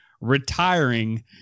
retiring